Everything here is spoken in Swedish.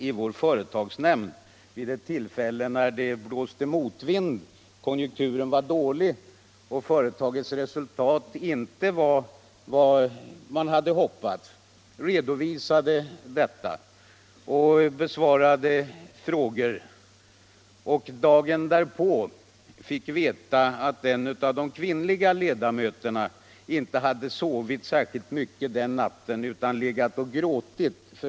För ett par år sedan, vid ewt tillfälle när det blåste motvind — konjunkturen var dålig och företagets resultat var inte vad man hade hoppats på — redovisade jag detta i vår företagsnämnd. Dagen därpå fick jag veta att en av de kvinnliga ledamöterna inte hade sovit särskilt mycket den natten utan legat och gråtit.